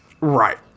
Right